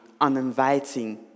uninviting